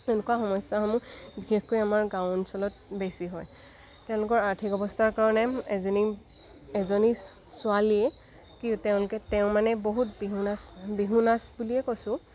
এনেকুৱা সমস্যাসমূহ বিশেষকৈ আমাৰ গাঁও অঞ্চলত বেছি হয় তেওঁলোকৰ আৰ্থিক অৱস্থাৰ কাৰণে এজনী এজনী ছোৱালীয়ে কি তেওঁলোকে তেওঁ মানে বহুত বিহু নাচ বিহু নাচ বুলিয়ে কৈছোঁ